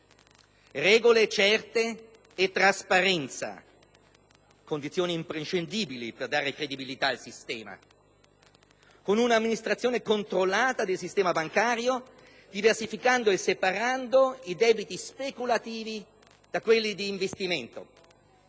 regole certe e trasparenza (condizioni imprescindibili per dare credibilità al sistema) e con un'amministrazione controllata del sistema bancario, diversificando e separando i debiti speculativi da quelli di investimento.